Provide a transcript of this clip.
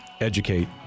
educate